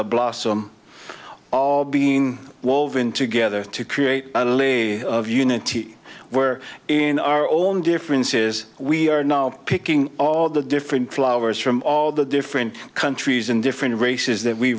a blossom all being woven together to create an early of unity where in our own differences we are now picking all the different flowers from all the different countries and different races that we